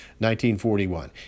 1941